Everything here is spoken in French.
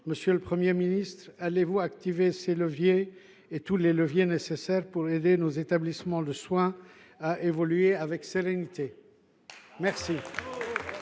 Monsieur le Premier ministre, allez vous activer tous les leviers nécessaires pour aider nos établissements de soins à évoluer avec sérénité ? La